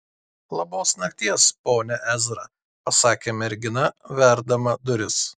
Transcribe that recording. labos nakties pone ezra pasakė mergina verdama duris